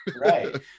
right